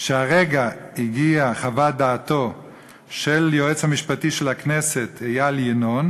שהרגע הגיעה חוות דעתו של היועץ המשפטי של הכנסת איל ינון